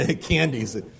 candies